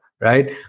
right